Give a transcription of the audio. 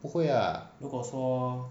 不会呀如果说